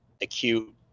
acute